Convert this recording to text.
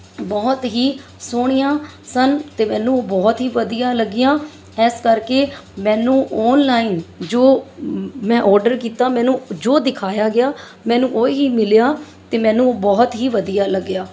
ਬਹੁਤ ਹੀ ਸੋਹਣੀਆਂ ਸਨ ਅਤੇ ਮੈਨੂੰ ਉਹ ਬਹੁਤ ਹੀ ਵਧੀਆ ਲੱਗੀਆਂ ਇਸ ਕਰਕੇ ਮੈਨੂੰ ਔਨਲਾਈਨ ਜੋ ਮੈਂ ਔਡਰ ਕੀਤਾ ਮੈਨੂੰ ਜੋ ਦਿਖਾਇਆ ਗਿਆ ਮੈਨੂੰ ਉਹੀ ਮਿਲਿਆ ਅਤੇ ਮੈਨੂੰ ਬਹੁਤ ਹੀ ਵਧੀਆ ਲੱਗਿਆ